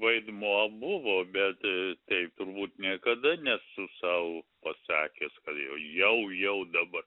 vaidmuo buvo bet tai turbūt niekada nesu sau pasakęs kad jau jau dabar